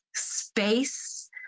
Space